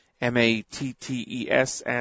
M-A-T-T-E-S